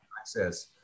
access